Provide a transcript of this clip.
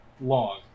long